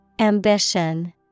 Ambition